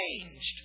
changed